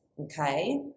okay